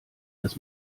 dass